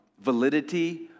validity